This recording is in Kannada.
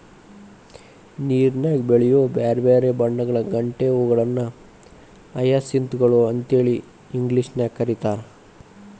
ನೇರನ್ಯಾಗ ಬೆಳಿಯೋ ಬ್ಯಾರ್ಬ್ಯಾರೇ ಬಣ್ಣಗಳ ಗಂಟೆ ಹೂಗಳನ್ನ ಹಯಸಿಂತ್ ಗಳು ಅಂತೇಳಿ ಇಂಗ್ಲೇಷನ್ಯಾಗ್ ಕರೇತಾರ